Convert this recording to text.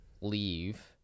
leave